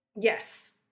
Yes